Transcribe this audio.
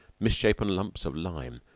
misshapen lumps of lime,